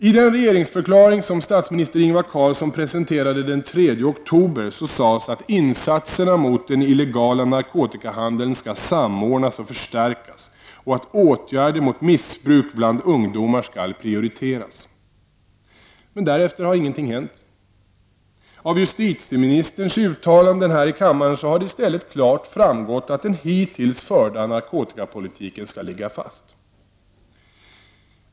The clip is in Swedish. I den regeringsförklaring som statsminister Ingvar Carlsson presenterade den 3 oktober sades att insatserna mot den illegala narkotikahandeln skall samordnas och förstärkas och att åtgärder mot missbruk bland ungdomar skall prioriteras. Men därefter har ingenting hänt. Av justitieministerns uttalanden här i kammaren har det i stället klart framgått att den hittills förda narkotikapolitiken skall ligga fast.